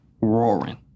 roaring